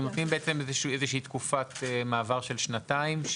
אתם נותנים איזושהי תקופת מעבר של שנתיים,